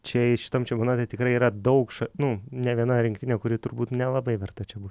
čia šitam čempionate tikrai yra daug šaknų ne viena rinktinė kuri turbūt nelabai verta čia būt